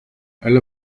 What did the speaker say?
elle